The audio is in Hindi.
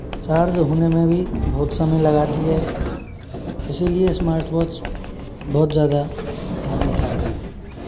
चार्ज होने में भी बहुत समय लगाती है इसलिए स्मार्ट वॉच बहुत ज़्यादा हानिकारक है